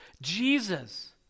Jesus